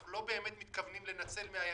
אנחנו לא באמת מתכוונים לנצל 100 ימים,